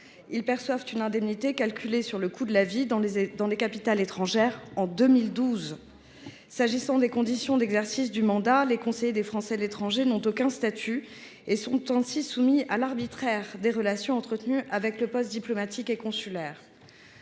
ils perçoivent une indemnité calculée sur la base du coût de la vie dans les capitales étrangères… en 2012 ! Pour ce qui est des conditions d’exercice du mandat, les conseillers des Français de l’étranger n’ont aucun statut ; ainsi sont ils soumis à l’arbitraire des relations entretenues avec les postes diplomatiques ou consulaires.